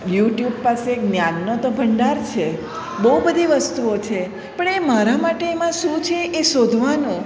YouTube પાસે જ્ઞાનનો તો ભંડાર છે બહુ બધી વસ્તુઓ છે પણ એ મારા માટે એમાં શું છે એ શોધવાનું